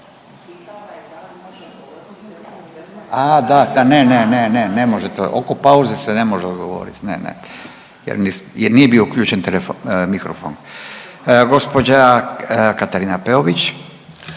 A da ne, ne, ne, ne može to oko pauze se ne može odgovorit ne, ne jer nije bio uključen mikrofon. Gospođa Katarina Peović.